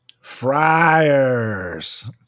friars